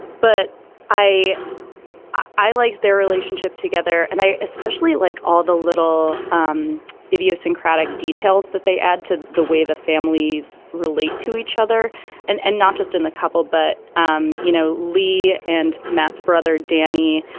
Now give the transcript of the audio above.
but i i liked their relationship together and i especially like all the little um idiosyncratic details that they add to the way the families relate to each other and and not just in the couple. but um you know lee and matt's brother danny.